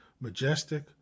majestic